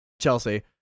Chelsea